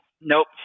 nope